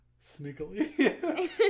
Sneakily